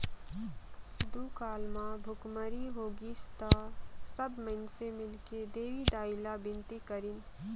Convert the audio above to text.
दुकाल म भुखमरी होगिस त सब माइनसे मिलके देवी दाई ला बिनती करिन